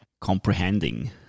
comprehending